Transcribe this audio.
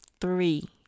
three